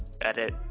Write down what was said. edit